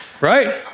right